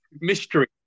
mystery